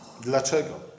Dlaczego